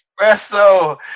espresso